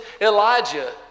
Elijah